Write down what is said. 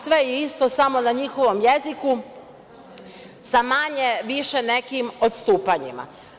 Sve je isto, samo na njihovom jeziku sa manje-više nekim odstupanjima.